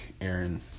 Aaron